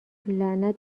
لعنت